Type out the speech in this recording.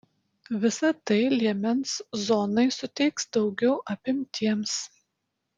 visa tai liemens zonai suteiks daugiau apimtiems